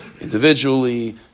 individually